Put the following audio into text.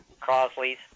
Crosleys